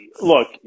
Look